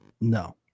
No